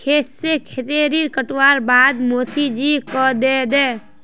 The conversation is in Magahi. खेत से केतारी काटवार बाद मोसी जी को दे दे